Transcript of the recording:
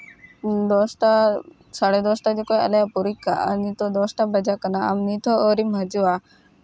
ᱫᱚᱥᱴᱟ ᱥᱟᱲᱮ ᱫᱚᱥᱴᱟ ᱡᱚᱠᱷᱚᱱ ᱟᱞᱮᱭᱟᱜ ᱯᱚᱨᱤᱠᱠᱷᱟ ᱱᱤᱛᱚᱜ ᱫᱚᱥᱴᱟ ᱵᱟᱡᱟᱜ ᱠᱟᱱᱟ ᱟᱢ ᱱᱤᱛ ᱦᱚᱸ ᱟᱹᱣᱨᱤᱢ ᱦᱤᱡᱩᱜᱼᱟ